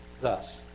thus